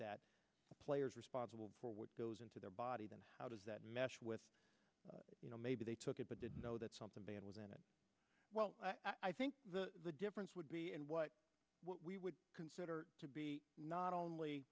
that players responsible for what goes into their body then how does that mesh with you know maybe they took it but didn't know that something bad was in it i think the difference would be and what we would consider to be not only